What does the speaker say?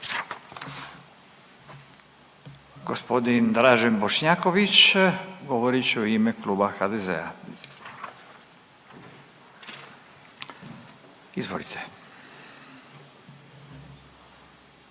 Gospodin Dražen Bošnjaković govorit će u ime kluba HDZ-a. Izvolite.